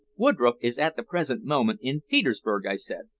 woodroffe is at the present moment in petersburg, i said.